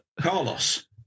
Carlos